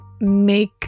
make